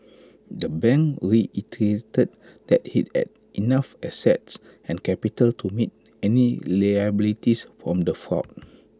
the bank reiterated that that IT had enough assets and capital to meet any liabilities from the fraud